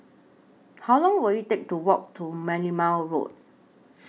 How Long Will IT Take to Walk to Merlimau Road